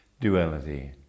duality